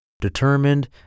determined